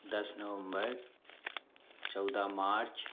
दस नवंबर चौदह मार्च